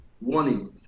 warning